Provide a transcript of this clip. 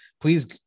Please